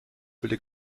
will